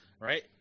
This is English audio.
Right